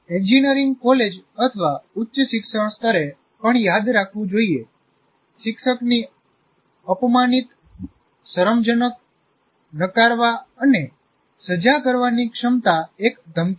engineering college અથવા ઉચ્ચ શિક્ષણ સ્તરે પણ યાદ રાખવું જોઈએ શિક્ષકની અપમાનિત શરમજનક નકારવા અને સજા કરવાની ક્ષમતા એક ધમકી છે